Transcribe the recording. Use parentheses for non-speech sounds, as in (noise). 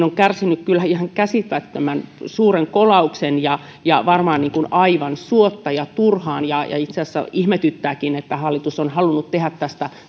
(unintelligible) on kärsinyt kyllä ihan käsittämättömän suuren kolauksen ja ja varmaan aivan suotta ja turhaan itse asiassa ihmetyttääkin että hallitus on halunnut tehdä tästä